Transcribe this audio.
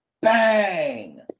Bang